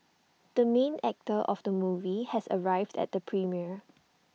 the main actor of the movie has arrived at the premiere